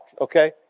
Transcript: okay